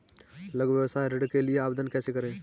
लघु व्यवसाय ऋण के लिए आवेदन कैसे करें?